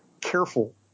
careful